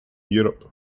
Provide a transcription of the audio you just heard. europe